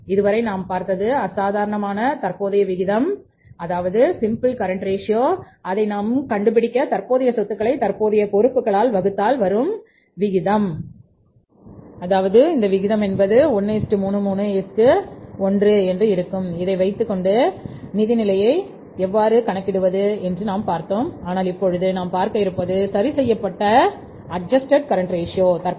இதுவரை நாம் பார்த்தது அசாதாரணமான தற்போதைய விகிதம் அதாவது சிம்பிள் கரண்ட் ரேஷியோ